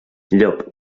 llop